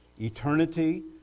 eternity